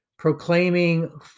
proclaiming